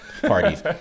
parties